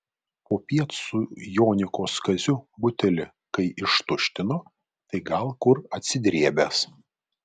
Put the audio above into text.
popiet su jonykos kaziu butelį kai ištuštino tai gal kur atsidrėbęs